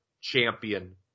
champion